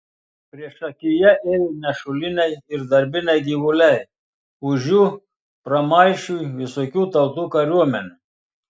priešakyje ėjo nešuliniai ir darbiniai gyvuliai už jų pramaišiui visokių tautų kariuomenė